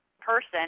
person